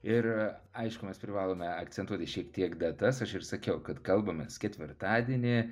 ir aišku mes privalome akcentuoti šiek tiek datas aš ir sakiau kad kalbamės ketvirtadienį